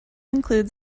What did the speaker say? include